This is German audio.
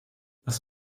was